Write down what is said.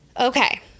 Okay